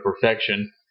perfection